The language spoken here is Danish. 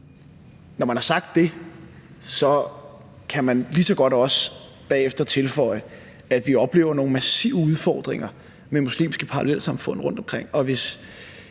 når man har sagt det, kan man lige så godt også bagefter tilføje, at vi oplever nogle massive udfordringer med muslimske parallelsamfund rundtomkring,